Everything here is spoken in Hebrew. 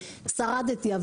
שרדתי,